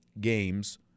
games